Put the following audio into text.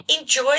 Enjoy